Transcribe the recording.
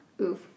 Oof